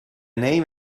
name